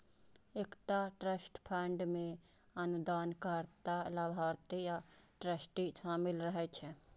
एकटा trust fund मे अनुदानकर्ता, लाभार्थी आ ट्रस्टी शामिल रहै छै